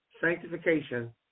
sanctification